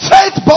Faith